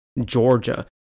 Georgia